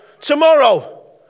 tomorrow